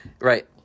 Right